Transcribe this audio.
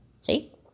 see